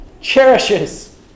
cherishes